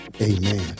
amen